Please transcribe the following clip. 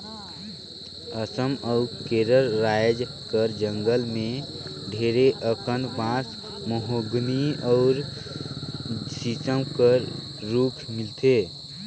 असम अउ केरल राएज कर जंगल में ढेरे अकन बांस, महोगनी अउ सीसम कर रूख मिलथे